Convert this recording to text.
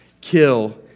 kill